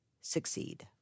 succeed